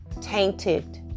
tainted